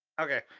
Okay